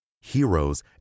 heroes